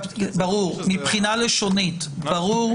מבחינה לשונית, ברור?